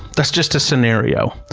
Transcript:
that's just a scenario.